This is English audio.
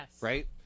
Right